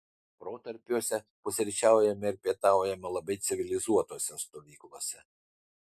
protarpiuose pusryčiaujame ir pietaujame labai civilizuotose stovyklose